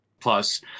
plus